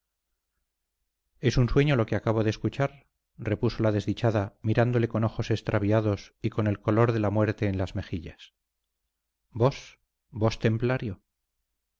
es un sueño lo que acabo de escuchar repuso la desdichada mirándole con ojos extraviados y con el color de la muerte en las mejillas vos vos templario